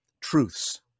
truths